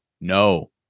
No